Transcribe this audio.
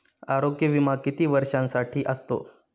आरोग्य विमा किती वर्षांसाठी असतो?